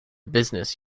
business